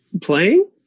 playing